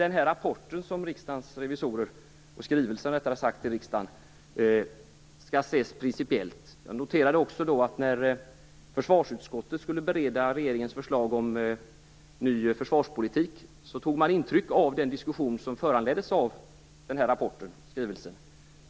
Jag tror att skrivelsen från Riksdagens revisorer till riksdagen skall ses principiellt. När försvarsutskottet skulle bereda regeringens förslag om ny förslagspolitik, noterade jag att man tog intryck av den diskussion som föranleddes av den här skrivelsen.